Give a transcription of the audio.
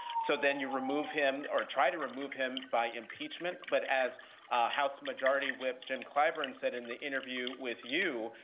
so, then you remove him or try to remove him by impeachment. but, as house majority whip jim clyburn said in the interview with you,